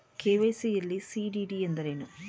KYC ಯಲ್ಲಿ CDD ಎಂದರೇನು?